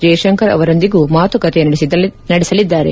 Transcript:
ಜೈಶಂಕರ್ ಅವರೊಂದಿಗೂ ಮಾತುಕತೆ ನಡೆಸಲಿದ್ದಾರೆ